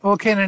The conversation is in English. Okay